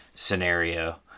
scenario